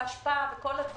אשפה וכו'.